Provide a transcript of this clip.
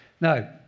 Now